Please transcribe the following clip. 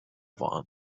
waren